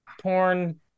porn